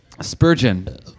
Spurgeon